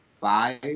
five